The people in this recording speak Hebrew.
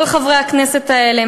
כל חברי הכנסת האלה,